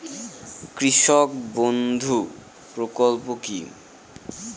কৃষক বন্ধু প্রকল্প কি?